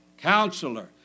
Counselor